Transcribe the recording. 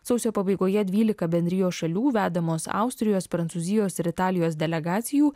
sausio pabaigoje dvylika bendrijos šalių vedamos austrijos prancūzijos ir italijos delegacijų